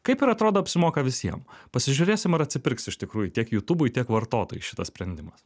kaip ir atrodo apsimoka visiem pasižiūrėsim ar atsipirks iš tikrųjų tiek jutūbui tiek vartotojui šitas sprendimas